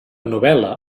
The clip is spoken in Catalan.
novel·la